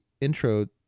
intro